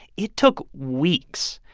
it took weeks,